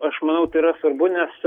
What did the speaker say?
aš manau tai yra svarbu nes